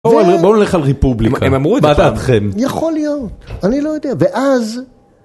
בואו נלך על ריפובליקה, הם אמרו את זה לך, יכול להיות, אני לא יודע, ואז...